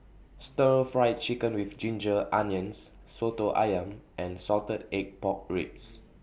Stir Fried Chicken with Ginger Onions Soto Ayam and Salted Egg Pork Ribs